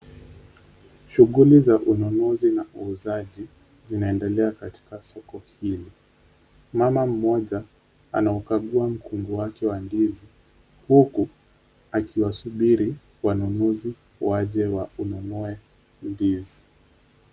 Shughuli za ununuzi na uuzaji zinaendelea katika soko hili. Mama mmoja anaukagua mkungu wake wa ndizi huku akiwasubiri wanunuzi waje waununue ndizi.